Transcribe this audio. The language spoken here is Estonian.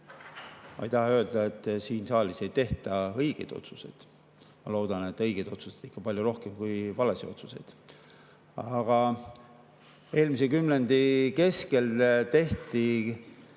Ma ei taha öelda, et siin saalis ei tehta õigeid otsuseid – ma loodan, et õigeid otsuseid ikka palju rohkem kui valesid otsuseid. Aga eelmise kümnendi keskel tehti